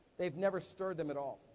they've never stirred them at all.